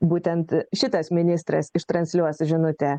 būtent šitas ministras ištransliuos žinutę